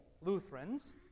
Lutherans